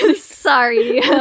sorry